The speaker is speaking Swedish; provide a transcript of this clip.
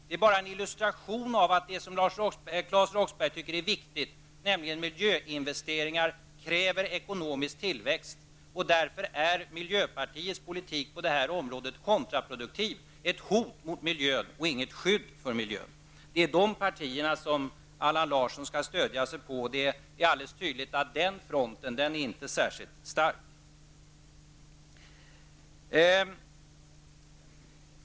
Det är bara en illustration av att det som Claes Roxbergh tycker är viktigt, nämligen miljöinvesteringar, kräver ekonomisk tillväxt. Därför är miljöpartiets politik på det här området kontraproduktiv. Den är ett hot mot miljön, inte ett skydd för miljön. Och det är de här partierna som Allan Larsson skall stödja sig mot. Men det är alldeles tydligt att den fronten inte är särskilt stark.